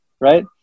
Right